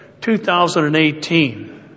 2018